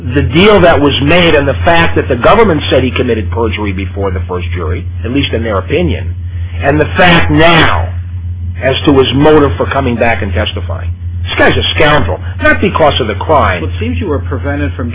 the deal that was made and the fact that the government said he committed perjury before the first jury at least in their opinion and the fact now as to his motive for coming back and testify special scoundrel at the cost of the quiet seems you are prevented from